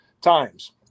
times